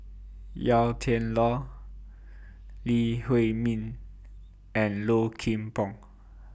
Yau Tian Lau Lee Huei Min and Low Kim Pong